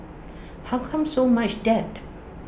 how come so much debt